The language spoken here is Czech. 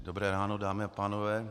Dobré ráno, dámy a pánové.